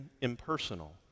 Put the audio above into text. impersonal